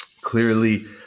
Clearly